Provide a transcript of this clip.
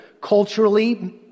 Culturally